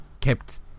kept